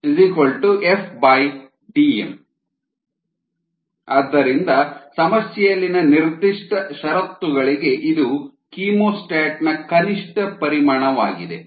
02 l ಆದ್ದರಿಂದ ಸಮಸ್ಯೆಯಲ್ಲಿನ ನಿರ್ದಿಷ್ಟ ಷರತ್ತುಗಳಿಗೆ ಇದು ಕೀಮೋಸ್ಟಾಟ್ನ ಕನಿಷ್ಠ ಪರಿಮಾಣವಾಗಿದೆ